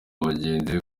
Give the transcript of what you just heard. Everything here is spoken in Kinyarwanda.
abagenzi